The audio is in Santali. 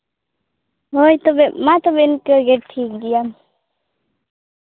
ᱦᱳᱭ ᱛᱚᱵᱮ ᱢᱟ ᱛᱚᱵᱮ ᱤᱱᱠᱟᱹ ᱜᱮ ᱴᱷᱤᱠ ᱜᱮᱭᱟ